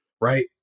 Right